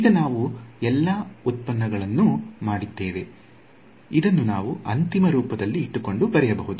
ಈಗ ನಾವು ಎಲ್ಲಾ ವ್ಯುತ್ಪನ್ನಗಳನ್ನು ಮಾಡಿದ್ದೇವೆ ಇದನ್ನು ನಾವು ಅಂತಿಮ ರೂಪವನ್ನು ಇಟ್ಟುಕೊಂಡು ಬರೆಯಬಹುದು